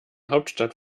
hauptstadt